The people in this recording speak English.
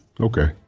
Okay